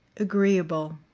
agreeable